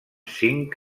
cinc